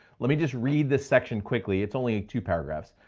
let me just read this section quickly. it's only two paragraphs.